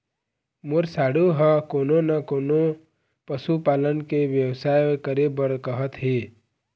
मोर साढ़ू ह कोनो न कोनो पशु पालन के बेवसाय करे बर कहत हे